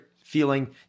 feeling